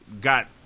got